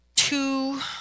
Two